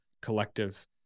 collective